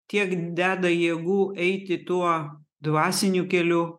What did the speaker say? tiek deda jėgų eiti tuo dvasiniu keliu